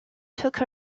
took